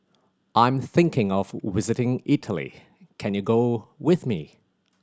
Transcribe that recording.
I'm thinking of visiting Italy can you go with me